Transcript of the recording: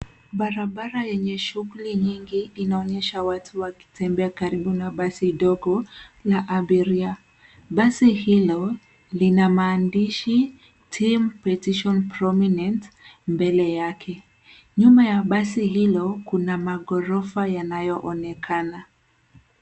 Barabara yenye shughuli nyingi inaonyesha watu wakitembea karibu na basi dogo la abiria. Basi hilo, lina maandishi TEAM PETITION PROMINENT mbele yake. Nyuma ya basi hilo kuna maghorofa yanayoonekana.